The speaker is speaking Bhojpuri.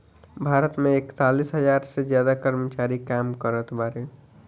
भारत मे एकतालीस हज़ार से ज्यादा कर्मचारी काम करत बाड़े